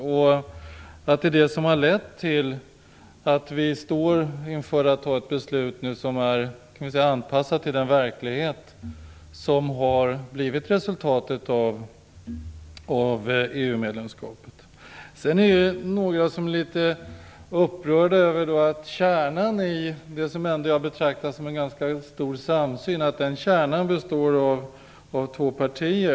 Det är det som har lett till att vi nu står inför att fatta ett beslut som är anpassat till den verklighet som har blivit resultatet av EU-medlemskapet. Det är några som är litet upprörda över att kärnan i det som jag ändå betraktar som en stor samsyn består av två partier.